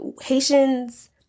Haitians